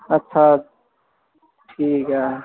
ਅੱਛਾ ਠੀਕ ਐ